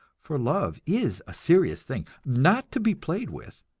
for love is a serious thing, not to be played with,